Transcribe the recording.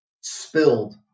spilled